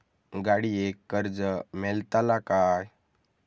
गाडयेक कर्ज मेलतला काय?